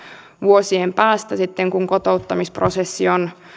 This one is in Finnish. vuosien päästä sitten kun kotouttamisprosessi on